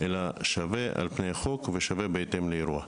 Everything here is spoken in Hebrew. אלא ניתן יחס שיווני מול החוק ובהתאם לאירוע.